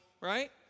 right